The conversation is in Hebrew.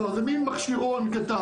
לא, זה מין מכשירון קטן,